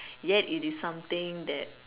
yet it is something that